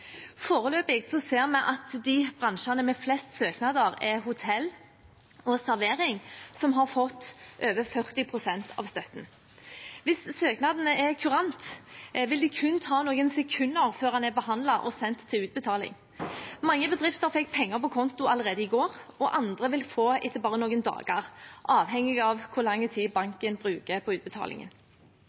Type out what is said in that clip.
ser vi at bransjene med flest søknader er hotell og servering, som har fått over 40 pst. av støtten. Hvis søknaden er kurant, vil det kun ta noen sekunder før den er behandlet og sendt til utbetaling. Mange bedrifter fikk penger på konto allerede i går, og andre vil få det etter bare noen dager, avhengig av hvor lang tid banken bruker på utbetalingen.